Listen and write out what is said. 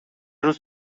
روز